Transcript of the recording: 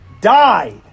died